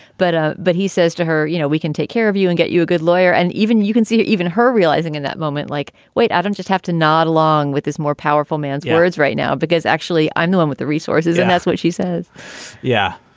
but ah but he says to her, you know, we can take care of you and get you a good lawyer and even you can see her. even her realizing in that moment, like. wait. adam just have to nod along with his more powerful man's words right now, because actually, i'm the one with the resources. and that's what she says yeah.